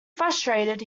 frustrated